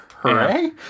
Hooray